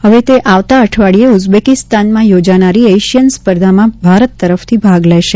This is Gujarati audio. હવે તે આવતા અઠવાડિયે ઉઝબેકિસ્તાનમાં યોજાનારી એશિયન સ્પર્ધામાં ભારત તરફથી ભાગ લેશે